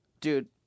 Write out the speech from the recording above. dude